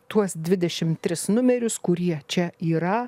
tuos dvidešim tris numerius kurie čia yra